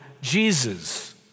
Jesus